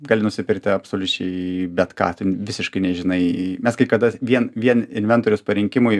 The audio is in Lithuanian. gali nusipirkti absoliučiai bet ką tu visiškai nežinai mes kai kada vien vien inventoriaus parinkimui